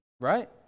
right